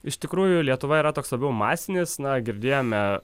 iš tikrųjų lietuva yra toks labiau masinis na girdėjome